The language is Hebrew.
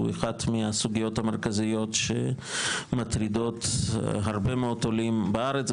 שהוא אחד מהסוגיות המרכזיות שמטרידות הרבה מאוד עולים בארץ,